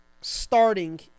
starting